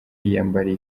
yiyambariye